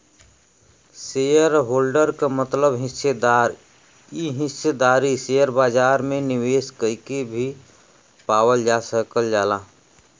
shareholder क मतलब हिस्सेदार इ हिस्सेदारी शेयर बाजार में निवेश कइके भी पावल जा सकल जाला